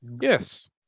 Yes